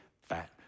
fat